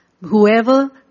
whoever